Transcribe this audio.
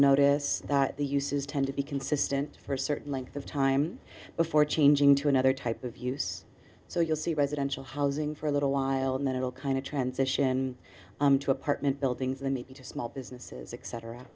notice that the uses tend to be consistent for a certain length of time before changing to another type of use so you'll see residential housing for a little while and then it will kind of transition into apartment buildings and maybe to small businesses e